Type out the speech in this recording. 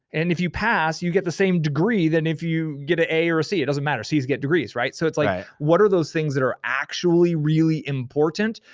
and if you pass, you get the same degree than if you get an a or a c. it doesn't matter, c's get degrees, right? so it's like what are those things that are actually really important,